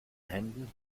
händen